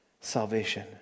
salvation